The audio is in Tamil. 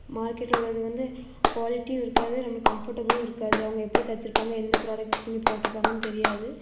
மார்க்கெட்டில் உள்ளது வந்து குவாலிட்டியும் இருக்காது நம்மளுக்கு கம்ஃபர்டபுலும் இருக்காது அவங்க எப்படி தச்சுருப்பாங்க எந்த ஃப்ராடக்ட் துணி போட்டிருப்பாங்கனு தெரியாது